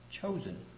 chosen